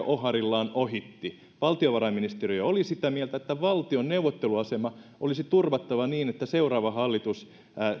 oharillaan ohitti valtiovarainministeriö oli sitä miltä että valtion neuvotteluasema olisi turvattava niin että seuraava hallitus